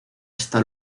esta